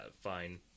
fine